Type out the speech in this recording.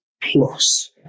plus